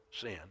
sin